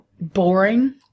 Boring